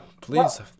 please